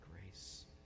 grace